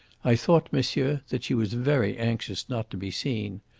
i thought, monsieur, that she was very anxious not to be seen.